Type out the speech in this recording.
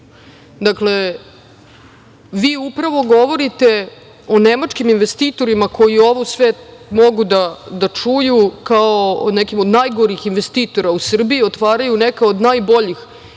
ljudi. Vi upravo govorite o nemačkim investitorima koji ovo sve mogu da čuju kao o nekim od najgorih investitora u Srbiji, otvaraju neka od najboljih